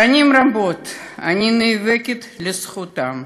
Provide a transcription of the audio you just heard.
שנים רבות אני נאבקת על זכותם